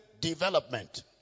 Development